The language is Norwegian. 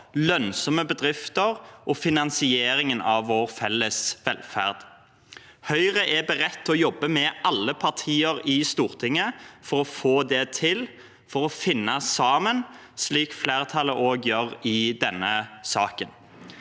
lønnsomme bedrifter og finansieringen av vår felles velferd. Høyre er beredt til å jobbe med alle partier i Stortinget for å få det til, for å finne sammen, slik flertallet også gjør i denne saken.